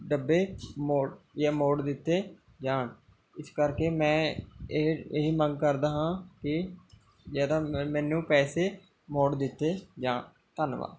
ਡੱਬੇ ਮੋੜ ਜਾਂ ਮੋੜ ਦਿੱਤੇ ਜਾਣ ਇਸ ਕਰਕੇ ਮੈਂ ਇਹ ਇਹੀ ਮੰਗ ਕਰਦਾ ਹਾਂ ਕਿ ਜਾਂ ਤਾਂ ਮੈਨੂੰ ਪੈਸੇ ਮੋੜ ਦਿੱਤੇ ਜਾਣ ਧੰਨਵਾਦ